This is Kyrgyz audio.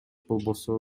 болбосо